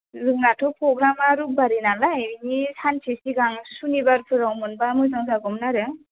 जोंनाथ' प्रग्रामआ रबबारै नालाय बेनि सानसे सिगां सुनिबारफोराव मोनबा मोजां जागौमोन आरो